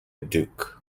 duke